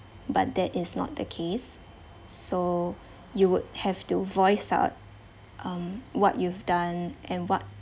but that is not the case so you would have to voice out um what you've done and what